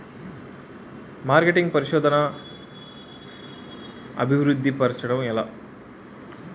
marketing పరిశోధనదా అభివృద్ధి పరచడం ఎలా